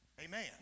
Amen